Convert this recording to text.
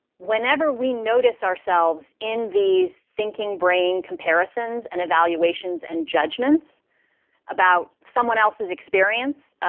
whenever we notice ourselves in these thinking brain comparisons, and evaluations, and judgments about someone else's experience,